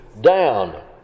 down